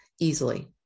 Easily